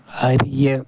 அறிய